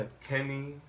Kenny